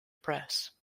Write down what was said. press